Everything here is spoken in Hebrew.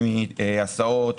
מהסעות,